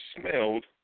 smelled